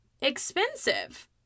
expensive